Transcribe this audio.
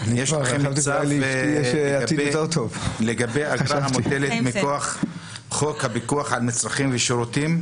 יש לכם הצעה לגבי האגרה המוטלת מכוח חוק הפיקוח על מצרכים ושירותים.